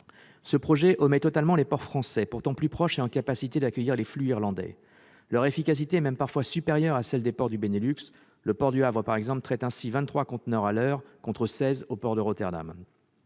Ce projet omet totalement les ports français, pourtant plus proches et en capacité d'accueillir les flux irlandais ; leur efficacité est même parfois supérieure à celle des ports du Benelux. Le port du Havre traite ainsi vingt-trois conteneurs à l'heure, quand celui de Rotterdam